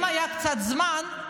אם היה קצת זמן,